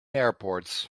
airports